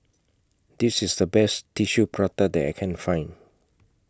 This IS The Best Tissue Prata that I Can Find